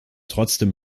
trotzdem